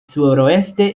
suroeste